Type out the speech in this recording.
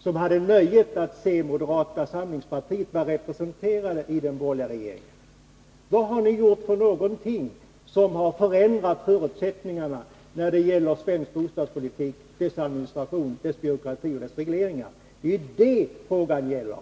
som hade nöjet att ha representanter från moderata samlingspartiet. Vad har ni gjort som har förändrat förutsättningarna för svensk bostadspolitik, för dess administration. dess b ati och dess regleringar? Det är det frågan gäller.